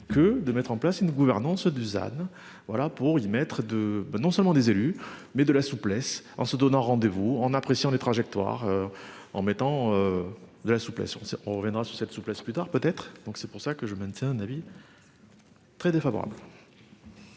que de mettre en place une gouvernance Dusan voilà pour y mettre de ben non seulement des élus, mais de la souplesse en se donnant rendez-vous en appréciant des trajectoires. En mettant. De la souplesse. On reviendra sur cette souplesse plus tard peut-être. Donc c'est pour ça que je maintiens un avis. Parce. Très défavorable.